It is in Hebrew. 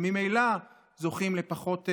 שממילא זוכים לפחות שעות,